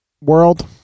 world